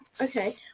okay